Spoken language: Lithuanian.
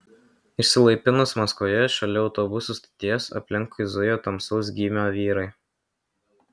išsilaipinus maskvoje šalia autobusų stoties aplinkui zujo tamsaus gymio vyrai